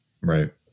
right